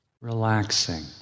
relaxing